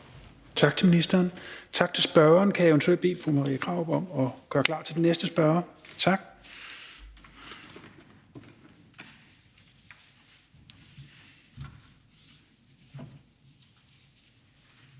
Tak til ministeren. Tak til spørgeren. Kan jeg eventuelt bede fru Marie Krarup om at gøre klar til den næste spørger? Tak